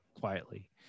quietly